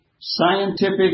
scientific